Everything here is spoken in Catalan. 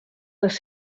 les